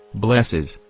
blesses,